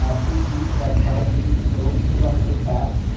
ah please use the website, use the tools, give us feedback.